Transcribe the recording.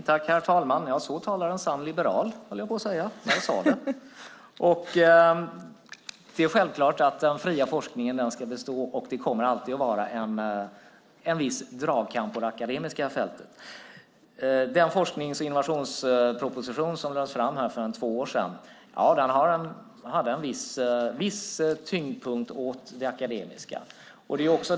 Herr talman! Så talar en sann liberal. Det är självklart att den fria forskningen ska bestå, och det kommer alltid att vara en viss dragkamp på det akademiska fältet. Den forsknings och innovationsproposition som lades fram för två år sedan hade en viss tyngdpunkt på det akademiska.